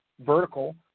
vertical